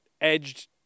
edged